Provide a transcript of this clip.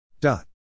dot